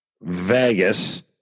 Vegas